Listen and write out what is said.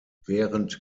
während